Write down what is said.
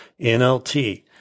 NLT